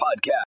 Podcast